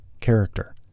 character